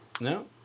No